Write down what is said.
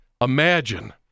Imagine